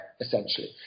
essentially